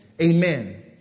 Amen